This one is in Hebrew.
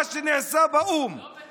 מה שנעשה באו"ם, לא בטרור.